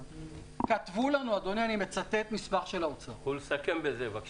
כתבו לנו אני מצטט מסמך של האוצר: ככל